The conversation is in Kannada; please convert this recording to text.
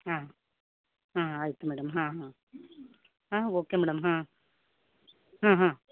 ಹಾಂ ಹಾಂ ಆಯ್ತು ಮೇಡಮ್ ಹಾಂ ಹಾಂ ಹಾಂ ಓಕೆ ಮೇಡಮ್ ಹಾಂ ಹಾಂ